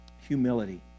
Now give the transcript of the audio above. Humility